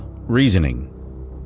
reasoning